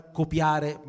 copiare